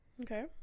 Okay